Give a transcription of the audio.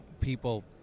people